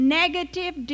negative